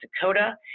Dakota